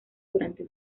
durante